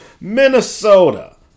Minnesota